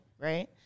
right